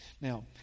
Now